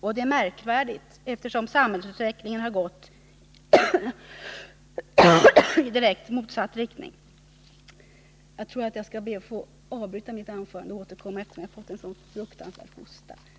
och det är märkligt eftersom samhällsutvecklingen har gått i en direkt motsatt riktning. — Jag ber att här få avbryta mitt anförande, eftersom jag drabbats av en svår hosta.